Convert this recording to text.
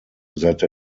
that